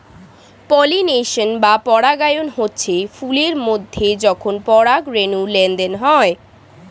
pollination বা পরাগায়ন হচ্ছে ফুল এর মধ্যে যখন পরাগ রেণুর লেনদেন হয়